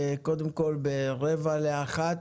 קודם כל ברבע לאחת,